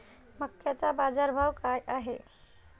मक्याचा बाजारभाव काय हाय?